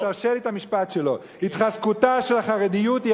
תרשה לי את המשפט שלו: התחזקותה של החרדיות היא